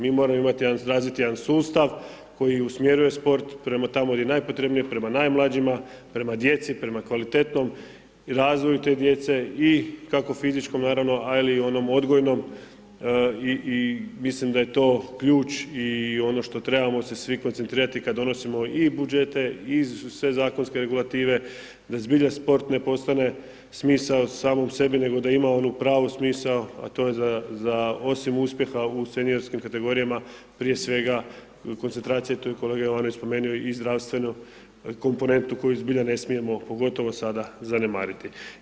Mi moramo razviti jedan sustav koji usmjeruje sport prema tamo gdje je najpotrebnije, prema najmlađima, prema djeci, prema kvalitetnom razvoju te djece i kako fizičkom, naravno, ali i onom odgojnom i mislim da je to ključ i ono što trebamo se svi koncentrirati kad donosimo i budžete i sve zakonske regulative, a zbilja sport ne postane smisao samom sebi nego da ima onu pravu smisao, a to je za, osim uspjeha u seniorskim kategorijama, koncentracija, tu je kolega Jovanović spomenuo i zdravstveno komponentu koju zbilja ne smijemo, pogotovo sada, zanemariti.